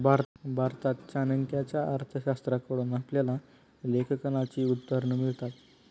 भारतात चाणक्याच्या अर्थशास्त्राकडून आपल्याला लेखांकनाची उदाहरणं मिळतात